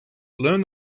learn